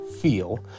feel